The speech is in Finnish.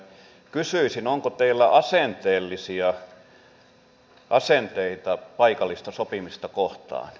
kysyisin onko teillä asenteellisia asenteita paikallista sopimista kohtaan